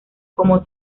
como